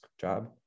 job